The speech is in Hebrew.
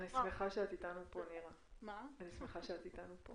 מה שאני מנסה לומר,